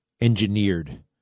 engineered